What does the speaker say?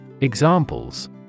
examples